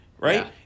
Right